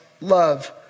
love